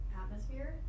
atmosphere